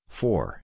four